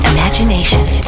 Imagination